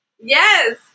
Yes